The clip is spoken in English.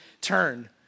turn